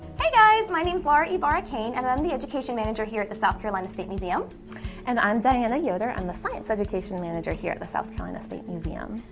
hi guys. my name's laura ybarra kane and i'm the education manager here at the south carolina state museum and i'm diana yoder and i'm the science education manager here at the south carolina state museum.